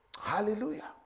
Hallelujah